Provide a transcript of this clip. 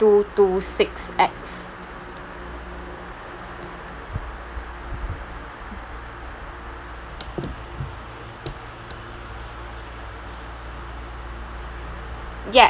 two two six X ya